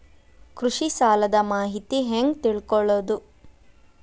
ಕೃಷಿ ಸಾಲದ ಮಾಹಿತಿ ಹೆಂಗ್ ತಿಳ್ಕೊಳ್ಳೋದು?